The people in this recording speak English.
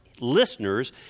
listeners